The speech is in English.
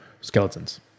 skeletons